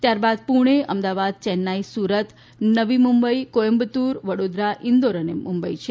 ત્યારબાદ પુણે અમદાવાદ ચેન્નાઈ સુરત નવી મુંબઈ કોઈમ્બતુર વડોદરા ઇન્દોર અને મુંબઇ છે